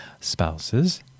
Spouses